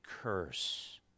curse